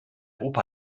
opa